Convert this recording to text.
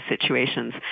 situations